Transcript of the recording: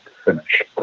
Finish